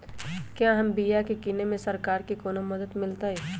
क्या हम बिया की किने में सरकार से कोनो मदद मिलतई?